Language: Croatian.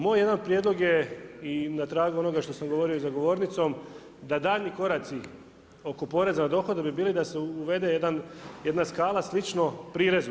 Moj jedan prijedlog je i na tragu onoga što sam govorio i za govornicom, da daljnji koraci oko poreza na dohodak bi bili da se uvede jedan, jedna skala slično prirezu.